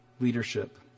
leadership